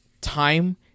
time